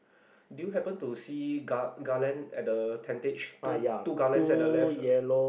do you happen to see gar~ garland at the tentage two two garlands at the left